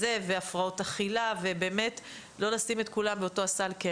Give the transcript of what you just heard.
והפרעות אכילה, ובאמת לא לשים את כולם באותו הסל.